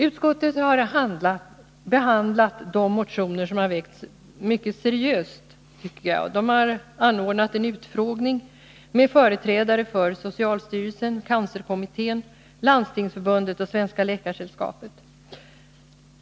Utskottet har behandlat de motioner som väckts mycket seriöst, tycker jag, och anordnat en utfrågning med företrädare för socialstyrelsen, cancerkommittén, Landstingsförbundet och Svenska läkaresällskapet.